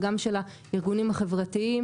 גם של הארגונים החברתיים